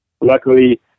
luckily